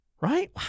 right